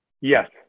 Yes